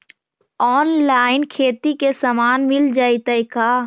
Online खेती के सामान मिल जैतै का?